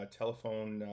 telephone